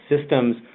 systems